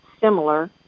similar